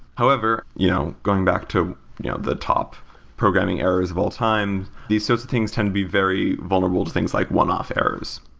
however, you know going back to you know the top programming errors of all time, these sorts of things tend to be very vulnerable to things like one-off errors.